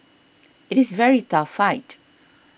it is very tough fight